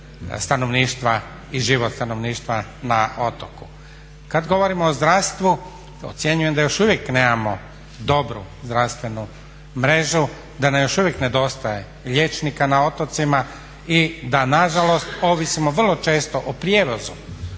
stanovništva i život stanovništva na otoku. Kad govorimo o zdravstvu ocjenjujem da još uvijek nemamo dobru zdravstvenu mrežu, da nam još uvijek nedostaje liječnika na otocima i da nažalost ovisimo vrlo često o prijevozu